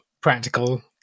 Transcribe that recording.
practical